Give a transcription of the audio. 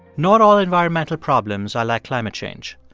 not all environmental problems are like climate change.